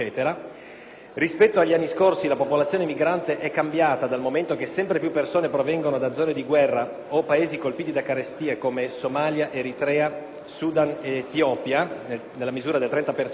rispetto agli anni scorsi la popolazione migrante è cambiata, dal momento che sempre più persone provengono da zone di guerra o Paesi colpiti da carestie, come Somalia, Eritrea, Sudan ed Etiopia (30 per cento);